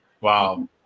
Wow